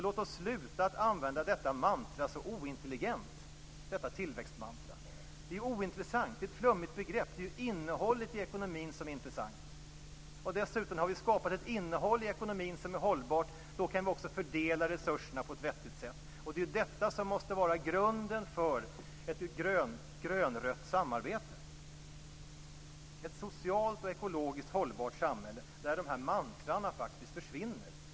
Låt oss sluta att använda detta tillväxtmantra så ointelligent. Det är ointressant. Det är ett flummigt begrepp. Det är innehållet i ekonomin som är intressant. Har vi skapat ett innehåll i ekonomin som är hållbart kan vi också fördela resurserna på ett vettigt sätt. Det är detta som måste vara grunden för ett grönrött samarbete. Vi skall ha ett socialt och ekologiskt hållbart samhälle där dessa mantran faktiskt försvinner.